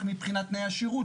מבחינת תנאי השירות,